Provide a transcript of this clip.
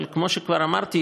אבל כמו שכבר אמרתי,